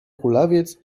kulawiec